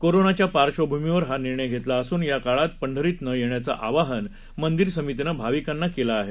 कोरोनाच्यापार्श्वभूमीवरहानिर्णयघेतलाअसूनयाकाळातपंढरीतनयेण्याचंआवाहनमंदिरसमितीनंभाविकांनाकेलंआहे